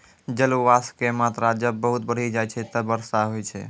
जलवाष्प के मात्रा जब बहुत बढ़ी जाय छै तब वर्षा होय छै